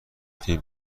تونی